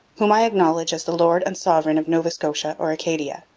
whom i acknowledge as the lord and sovereign of nova scotia or acadia.